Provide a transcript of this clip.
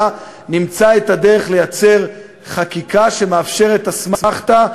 נמצא את הדרך לייצר חקיקה שמאפשרת אסמכתה,